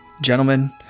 gentlemen